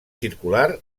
circular